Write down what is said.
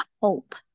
hope